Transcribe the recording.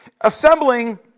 Assembling